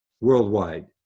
worldwide